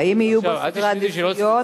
האם יהיו בו סדרי עדיפויות?